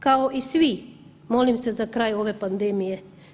Kao i svi molim se za kraj ove pandemije.